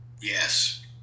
yes